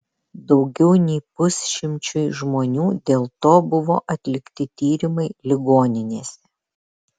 daugiau nei pusšimčiui žmonių dėl to buvo atlikti tyrimai ligoninėse